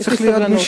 יש לי סבלנות.